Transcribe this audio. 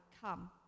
come